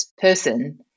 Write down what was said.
person